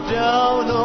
down